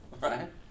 right